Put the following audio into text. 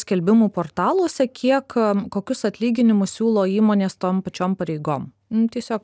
skelbimų portaluose kiek kokius atlyginimus siūlo įmonės tom pačiom pareigom nu tiesiog